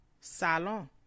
Salon